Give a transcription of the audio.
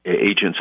agents